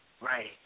Right